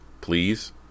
please